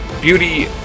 Beauty